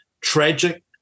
tragic